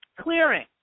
clearing